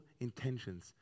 intentions